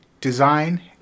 design